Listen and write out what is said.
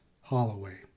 Holloway